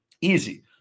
Easy